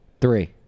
Three